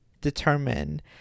determine